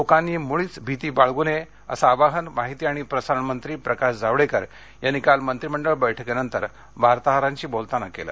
लोकांनी मूळीच भीती बाळगू नये असं आवाहन माहिती आणि प्रसारण मंत्री प्रकाश जावडेकर यांनी काल मंत्रिमंडळ बैठकीनंतर वार्ताहरांशी बोलताना केलं